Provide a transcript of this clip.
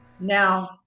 Now